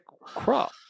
crop